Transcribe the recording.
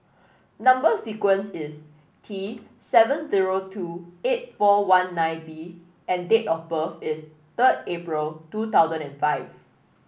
number sequence is T seven zero two eight four one nine B and date of birth is third April two thousand and five